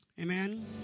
Amen